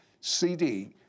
CD